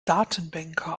datenbänker